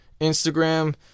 Instagram